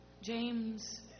James